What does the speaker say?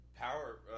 power